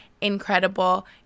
incredible